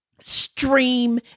stream